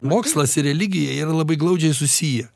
mokslas ir religija yra labai glaudžiai susiję